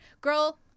girl